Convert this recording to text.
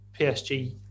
PSG